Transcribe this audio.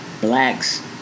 blacks